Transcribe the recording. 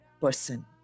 person